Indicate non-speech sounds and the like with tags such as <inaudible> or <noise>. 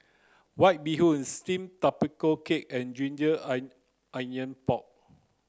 white bee hoon steamed tapioca cake and ginger <unintelligible> onion pork